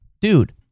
dude